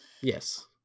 Yes